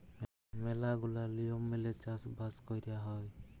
ম্যালা গুলা লিয়ম মেলে চাষ বাস কয়রা হ্যয়